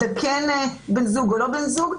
אם האדם בן זוג או לא בן זוג,